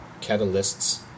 catalysts